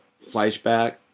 flashback